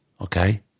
Okay